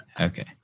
Okay